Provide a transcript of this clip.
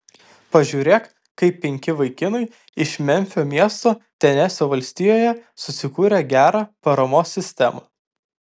pažiūrėk kaip penki vaikinai iš memfio miesto tenesio valstijoje susikūrė gerą paramos sistemą